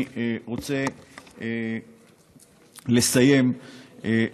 אני רוצה לסיים